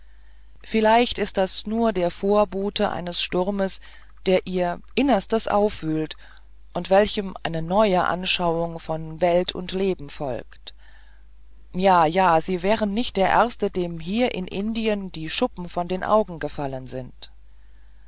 vielleicht ist das nur der vorbote eines sturmes der ihr innerstes aufwühlt und welchem eine neue anschauung von welt und leben folgt ja ja sie wären nicht der erste dem hier in indien die schuppen von den augen gefallen sind